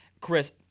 Chris